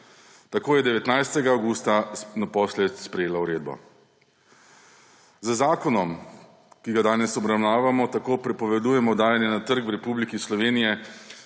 Tako je 19. avgusta naposled sprejela uredbo. Z zakonom, ki ga danes obravnavamo, tako prepovedujemo dajanje na trg v Republiki Sloveniji